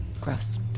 gross